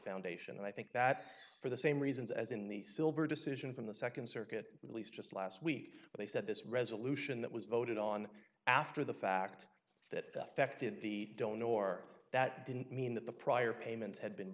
foundation and i think that for the same reasons as in the silver decision from the nd circuit release just last week they said this resolution that was voted on after the fact that affected the don't or that didn't mean that the prior payments had been